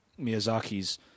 Miyazaki's